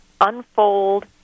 unfold